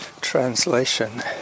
translation